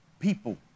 People